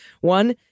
One